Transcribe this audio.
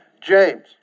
James